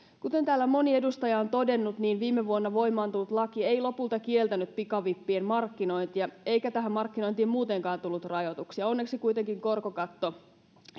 kuten täällä moni edustaja on todennut viime vuonna voimaan tullut laki ei lopulta kieltänyt pikavippien markkinointia eikä tähän markkinointiin muutenkaan tullut rajoituksia onneksi kuitenkin korkokatto